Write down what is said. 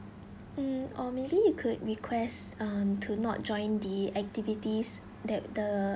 mm or maybe you could request uh to not join the activities that the